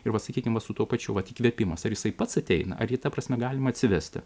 ir va sakykim vat su tuo pačiu vat atsikvėpimas ar jisai pats ateina ar jį ta prasme galima atsivesti